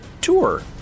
tour